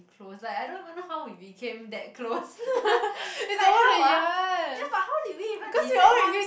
close like I don't even know how we became that close like how ah ya but how did we even in sec-one